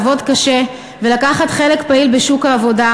לעבוד קשה ולקחת חלק פעיל בשוק העבודה